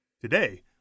Today